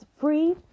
free